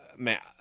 Man